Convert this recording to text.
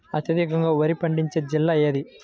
అత్యధికంగా వరి పండించే జిల్లా ఏది?